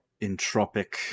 entropic